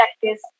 practice